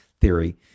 theory